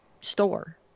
store